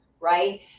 right